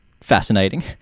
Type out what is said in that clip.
fascinating